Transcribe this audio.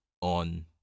on